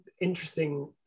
interesting